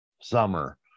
summer